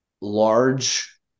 large